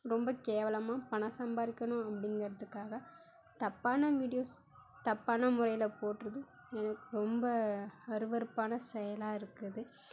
ரொம்ப கேவலமாக பணம் சம்பாதிக்குணும் அப்படிங்கறதுக்காக தப்பான வீடியோஸ் தப்பான முறையில் போடுறது எனக்கு ரொம்ப அருவெறுப்பான செயலாக இருக்குது